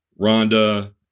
Rhonda